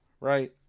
right